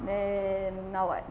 then now what